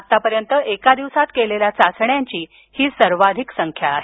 आत्तापर्यंत एका दिवसात केलेल्या चाचण्यांची ही सर्वाधिक संख्या आहे